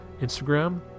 instagram